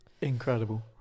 incredible